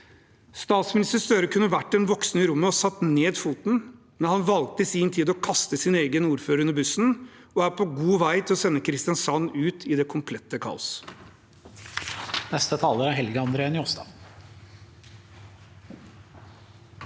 Statsminister Støre kunne vært den voksne i rommet og satt ned foten, men han valgte i sin tid å kaste sin egen ordfører under bussen, og er på god vei til å sende Kristiansand ut i det komplette kaos.